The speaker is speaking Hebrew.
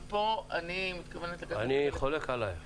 ופה אני מתכוונת לקחת חלק --- אני חולק עליך.